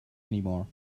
anymore